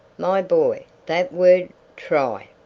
my boy that word try.